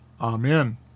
Amen